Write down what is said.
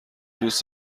دوست